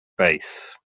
base